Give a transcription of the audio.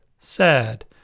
Sad